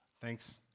Thanks